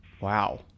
Wow